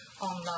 online